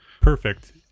perfect